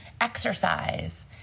exercise